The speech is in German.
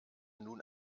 nun